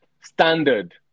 Standard